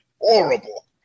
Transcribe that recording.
horrible